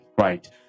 Right